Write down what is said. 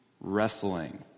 wrestling